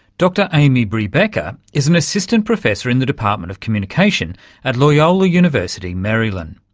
dr amy bree becker is an assistant professor in the department of communication at loyola university, maryland,